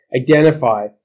identify